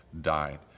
died